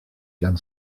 gan